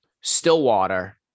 Stillwater